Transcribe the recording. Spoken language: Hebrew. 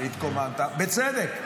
התקוממת, בצדק.